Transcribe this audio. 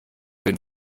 bin